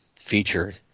feature